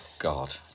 God